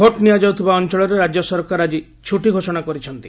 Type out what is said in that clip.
vote ନିଆଯାଉଥିବା ଅଞ୍ଚଳରେ ରାଜ୍ୟ ସରକାର ଆଜି ଛୁଟି ଘୋଷଣା କରିଛନ୍ତି